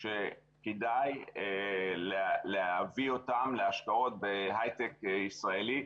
שכדאי להביא אותם להשקעות בהיי-טק ישראלי.